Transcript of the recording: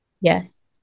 Yes